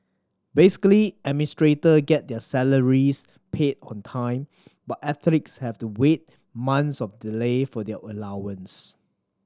basically administrator get their salaries paid on time but athletes have to wait months of delay for their allowance